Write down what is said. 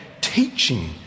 Teaching